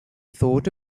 thought